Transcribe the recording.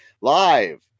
live